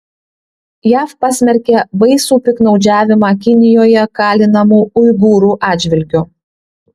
jav pasmerkė baisų piktnaudžiavimą kinijoje kalinamų uigūrų atžvilgiu